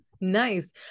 Nice